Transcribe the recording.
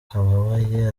ababaye